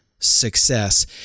Success